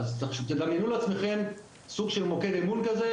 תדמיינו לעצמכם סוג של מוקד אמון כזה,